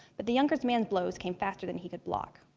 but the younger man's blows came faster than he could block.